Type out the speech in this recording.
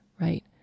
right